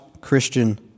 Christian